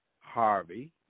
Harvey